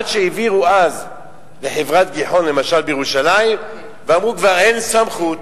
כשהעבירו אז לחברת "הגיחון" בירושלים ואמרו: כבר אין סמכות,